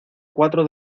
cuatro